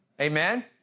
Amen